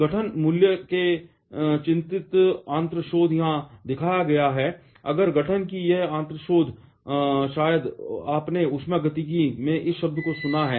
गठन मूल्य के चिंतित आंत्रशोथ यहाँ दिखाया गया है अगर गठन की यह आंत्रशोथ शायद आपने ऊष्मागतिकी में इस शब्द को सुना है